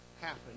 happen